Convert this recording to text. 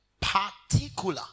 particular